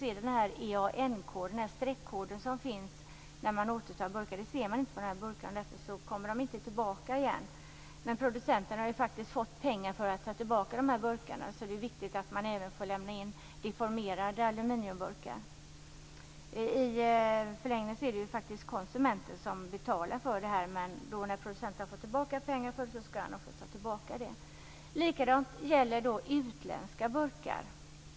Man kan inte se EAN-koden, den streckkod som finns, på de här burkarna. Det är den man tittar på när man återtar burkar. Därför kommer de inte tillbaka igen. Men producenten har faktiskt fått pengar för att ta tillbaka de här burkarna, så det är viktigt att man även får lämna in deformerade aluminiumburkar. I förlängningen är det faktiskt konsumenten som betalar för detta. Men när producenten har fått tillbaka pengar för burkarna skall han också ta tillbaka dem. Samma sak gäller utländska burkar.